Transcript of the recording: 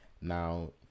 Now